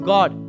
God